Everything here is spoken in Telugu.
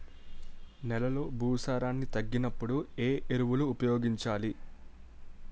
నెలలో భూసారాన్ని తగ్గినప్పుడు, ఏ ఎరువులు ఉపయోగించాలి?